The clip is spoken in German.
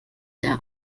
her